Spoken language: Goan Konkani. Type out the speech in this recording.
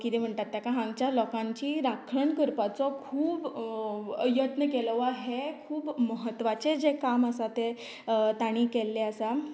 कितें म्हणटात तेका आमच्या लोकांची राखण करपाचो खूब यत्न केलो वा हें खूब म्हत्वाचें जें काम आसा तें तांणी केल्लें आसा